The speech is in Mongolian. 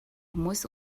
хүмүүс